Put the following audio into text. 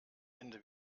ende